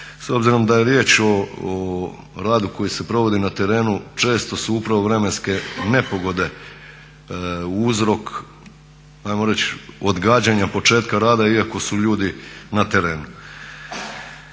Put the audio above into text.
S obzirom da je riječ o radu koji se provodi na terenu često su upravo vremenske nepogode uzrok ajmo reći odgađanja početka rada iako su ljudi na trenu.